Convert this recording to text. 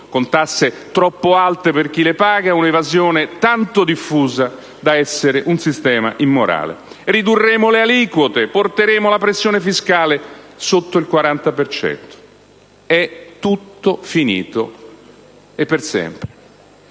con tasse troppo alte per chi le paga e un'evasione tanto diffusa da essere un sistema immorale. Ed ancora: ridurremo le aliquote, porteremo la pressione fiscale sotto il 40 per cento. È tutto finito, e per sempre.